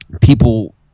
people